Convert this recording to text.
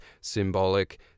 symbolic